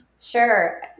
Sure